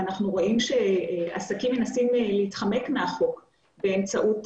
אנחנו רואים שעסקים מנסים להתחמק מהחוק באמצעות